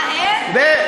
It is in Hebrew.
אה, אין?